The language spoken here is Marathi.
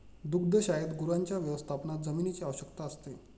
दुग्धशाळेत गुरांच्या व्यवस्थापनात जमिनीची आवश्यकता असते